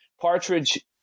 Partridge